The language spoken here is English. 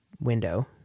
window